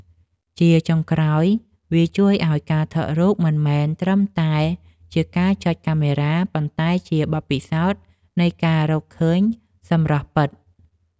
ជាចុងក្រោយ វាជួយឱ្យការថតរូបមិនមែនត្រឹមតែជាការចុចកាមេរ៉ា ប៉ុន្តែជាបទពិសោធន៍នៃការរកឃើញសម្រស់ពិត។